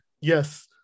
yes